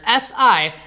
SI